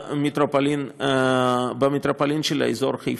במטרופולין של אזור חיפה.